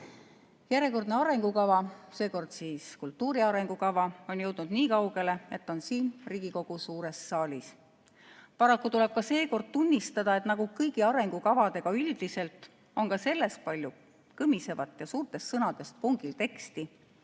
Järjekordne arengukava, seekord kultuuri arengukava, on jõudnud nii kaugele, et on siin Riigikogu suures saalis. Paraku tuleb ka seekord tunnistada, et nagu kõigi arengukavadega üldiselt, on selleski palju kõmisevat ja suurtest sõnadest pungil teksti,